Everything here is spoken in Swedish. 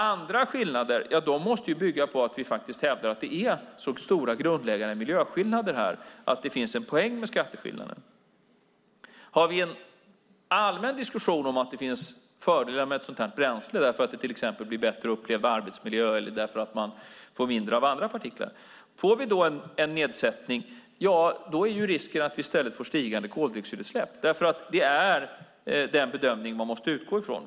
Andra skillnader måste bygga på att vi hävdar att det finns så stora grundläggande miljöskillnader att det finns en poäng med skatteskillnaden. Vi kan föra en allmän diskussion om att det finns fördelar med ett sådant här bränsle därför att det till exempel blir bättre upplevd arbetsmiljö eller därför att man får mindre av andra partiklar. Om vi då får en nedsättning är risken att vi i stället får stigande koldioxidutsläpp. Det är den bedömning man måste utgå ifrån.